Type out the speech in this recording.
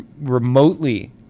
remotely